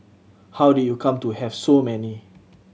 how do you come to have so many